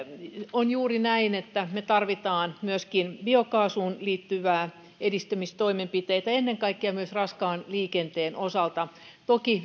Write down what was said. on juuri näin että me tarvitsemme myöskin biokaasuun liittyviä edistämistoimenpiteitä ja ennen kaikkea myös raskaan liikenteen osalta toki